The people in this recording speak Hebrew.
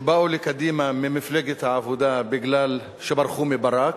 באו לקדימה ממפלגת העבודה בגלל שברחו מברק,